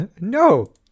no